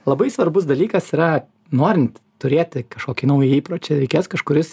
labai svarbus dalykas yra norint turėti kažkokį naują įpročį reikės kažkuris